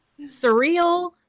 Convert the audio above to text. Surreal